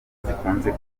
zikunze